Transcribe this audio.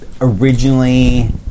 originally